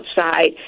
outside